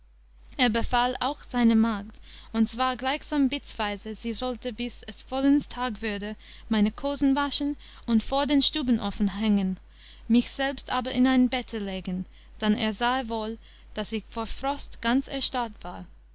er befahl auch seiner magd und zwar gleichsam bittsweise sie sollte bis es vollends tag würde meine kosen waschen und vor den stubenofen hängen mich selbst aber in ein bette legen dann er sahe wohl daß ich vor frost ganz erstarrt war